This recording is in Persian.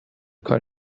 کار